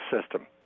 system